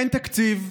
אין תקציב,